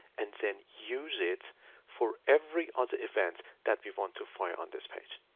and then use it for every other event that we want to fire on this page.